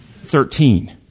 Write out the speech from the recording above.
Thirteen